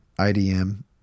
IDM